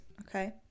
Okay